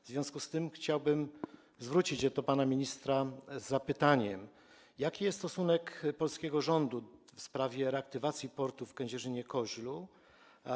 W związku z tym chciałbym zwrócić się do pana ministra z zapytaniem: Jaki jest stosunek polskiego rządu do sprawy reaktywacji portu w Kędzierzynie-Koźlu?